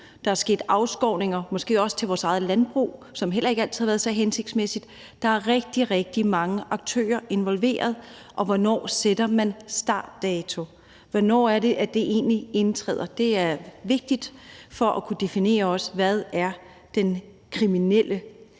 Der er sket afskovninger, måske også til vores eget landbrug, som heller ikke altid har været så hensigtsmæssigt. Der er rigtig, rigtig mange aktører involveret, og hvornår sætter man en startdato? Hvornår er det, at det egentlig indtræder? Det er vigtigt for også at kunne definere, hvad den kriminelle